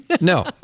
No